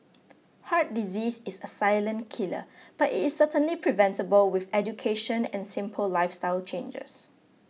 heart disease is a silent killer but is certainly preventable with education and simple lifestyle changes